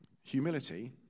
Humility